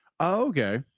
okay